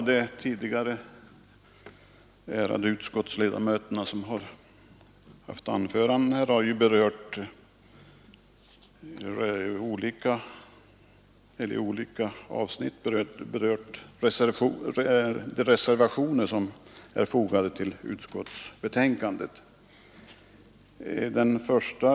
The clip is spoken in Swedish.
De ärade kammarledamöter som tidigare har hållit anföranden i denna fråga har berört de olika reservationer som fogats till utskottets betänkande.